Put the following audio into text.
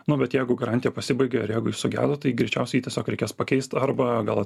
nu bet jeigu garantija pasibaigia ir jeigu jis sugedo tai greičiausiai tiesiog reikės pakeist arba gal